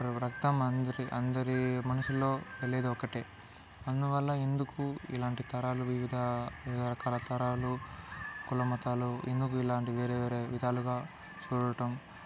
రక్తం అందరి అందరి మనుషుల్లో వెళ్ళేది ఒకటే అందువల్ల ఎందుకు ఇలాంటి తరాలు వివిధ రకాల తరాలు కులమతాలు ఎందుకు ఇలాంటి వేరే వేరే విధాలుగా చూడటం